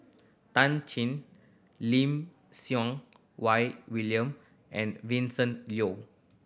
Tan Shen Lim Siew Wai William and Vincent Leow